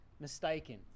mistaken